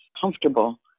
comfortable